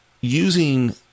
Using